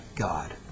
God